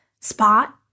spot